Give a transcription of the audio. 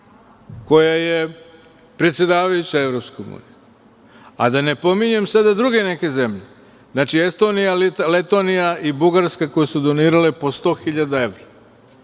koja je predsedavajuća EU, a da ne pominjem sada neke druge zemlje. Znači, Estonija, Letonija i Bugarska koje su donirale po 100.000 evra,